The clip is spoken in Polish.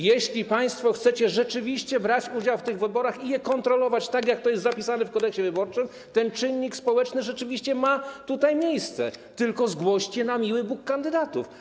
Jeśli państwo chcecie rzeczywiście brać udział w tych wyborach i je kontrolować, tak jak to jest zapisane w Kodeksie wyborczym - ten czynnik społeczny rzeczywiście tutaj jest - to zgłoście, na miły Bóg, kandydatów.